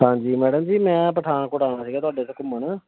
ਹਾਂਜੀ ਮੈਡਮ ਜੀ ਮੈਂ ਪਠਾਨਕੋਟ ਆਉਣਾ ਸੀਗਾ ਤੁਹਾਡੇ ਇੱਥੇ ਘੁੰਮਣ